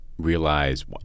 realize